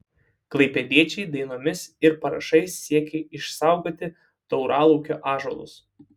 klaipėdiečiai dainomis ir parašais siekia išsaugoti tauralaukio ąžuolus